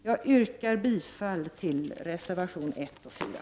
Jag yrkar bifall till reservationerna 1 och 4.